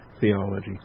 theology